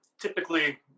typically